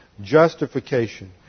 justification